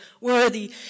worthy